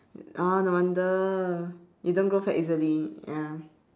oh no wonder you don't grow fat easily ya